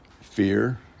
fear